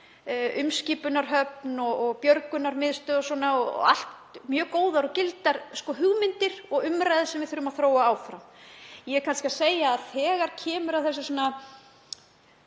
umskipunarhöfn og björgunarmiðstöð og fleira, allt mjög góðar og gildar hugmyndir og umræður sem við þurfum að þróa áfram. Ég er kannski að segja að þegar kemur að því